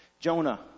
Jonah